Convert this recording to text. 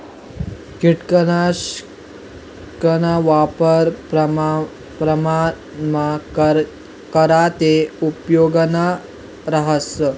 किटकनाशकना वापर प्रमाणमा करा ते उपेगनं रहास